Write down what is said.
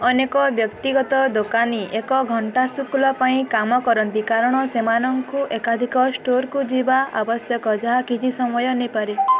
ଅନେକ ବ୍ୟକ୍ତିଗତ ଦୋକାନୀ ଏକ ଘଣ୍ଟା ଶୁଳ୍କ ପାଇଁ କାମ କରନ୍ତି କାରଣ ସେମାନଙ୍କୁ ଏକାଧିକ ଷ୍ଟୋରକୁ ଯିବା ଆବଶ୍ୟକ ଯାହା କିଛି ସମୟ ନେଇପାରେ